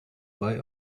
buy